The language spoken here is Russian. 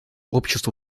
обществу